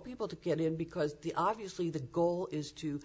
people to get in because the obviously the goal is to